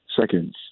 seconds